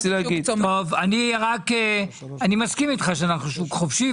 אני מסכים איתך שאנחנו שוק חופשי,